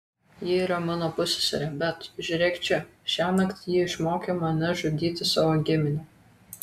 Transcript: ji yra mano pusseserė bet žiūrėk čia šiąnakt ji išmokė mane žudyti savo giminę